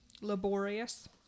laborious